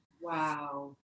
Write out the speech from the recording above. Wow